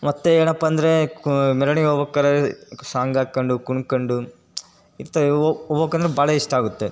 ಮತ್ತು ಏನಪ್ಪ ಅಂದರೆ ಮೆರವಣಿಗೆ ಹೋಗ್ಬೇಕಾರೆ ಸಾಂಗ್ ಹಾಕ್ಕೊಂಡು ಕುಣ್ಕೊಂಡು ಹೋಗ್ ಹೋಬಕಂದ್ರೆ ಭಾಳ ಇಷ್ಟ ಆಗುತ್ತೆ